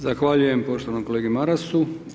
Zahvaljujem poštovanom kolegi Marasu.